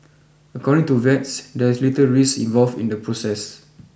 according to vets there is little risk involved in the process